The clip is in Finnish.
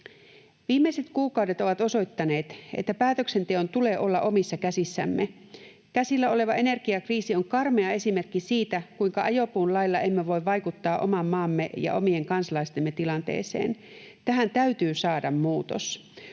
Viimeiset kuukaudet ovat osoittaneet, että päätöksenteon tulee olla omissa käsissämme. Käsillä oleva energiakriisi on karmea esimerkki siitä, kuinka ajopuun lailla emme voi vaikuttaa oman maamme ja omien kansalaistemme tilanteeseen. Tähän täytyy saada muutos.